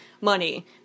money